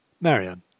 Marian